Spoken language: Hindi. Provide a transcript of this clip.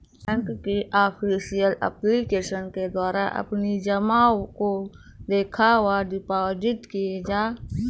बैंक की ऑफिशियल एप्लीकेशन के द्वारा अपनी जमा को देखा व डिपॉजिट किए जा सकते हैं